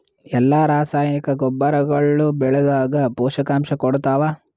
ಎಲ್ಲಾ ರಾಸಾಯನಿಕ ಗೊಬ್ಬರಗೊಳ್ಳು ಬೆಳೆಗಳದಾಗ ಪೋಷಕಾಂಶ ಕೊಡತಾವ?